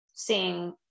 seeing